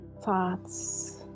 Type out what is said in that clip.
thoughts